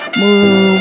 move